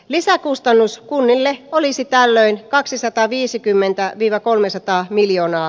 lisäkustannus kunnille olisi tällöin kaksisataaviisikymmentä vielä kolmesataa miljoona